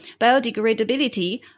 biodegradability